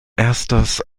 erstes